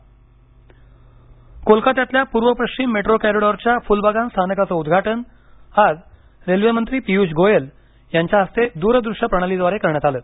railway उद्घाटन कोलकात्यातल्या पूर्व पश्चिम मेट्रो कॉरीडॉरच्या फुलबगान स्थानकाचं उद्घाटन आज रेल्वे मंत्री पियुष गोयल यांच्या हस्ते दूरदृश्य प्रणालीद्वारे करण्यात आलं